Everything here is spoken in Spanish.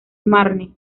marne